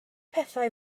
pethau